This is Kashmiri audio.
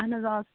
آہَن حظ آ